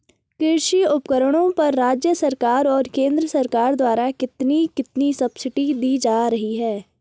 कृषि उपकरणों पर राज्य सरकार और केंद्र सरकार द्वारा कितनी कितनी सब्सिडी दी जा रही है?